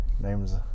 Name's